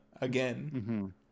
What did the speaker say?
again